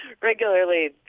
regularly